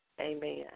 Amen